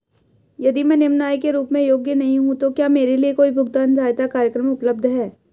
यदि मैं निम्न आय के रूप में योग्य नहीं हूँ तो क्या मेरे लिए कोई भुगतान सहायता कार्यक्रम उपलब्ध है?